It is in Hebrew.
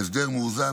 הסדר מאוזן,